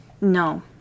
No